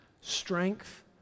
strength